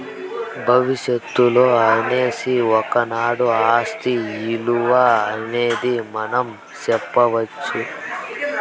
భవిష్యత్తులో అనేసి ఒకనాడు ఆస్తి ఇలువ అనేది మనం సెప్పొచ్చు